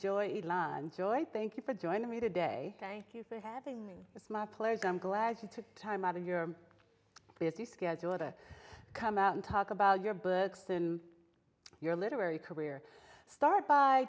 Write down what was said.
joy joy thank you for joining me today thank you for having me it's my pleasure i'm glad you took time out of your busy schedule to come out and talk about your books in your literary career start by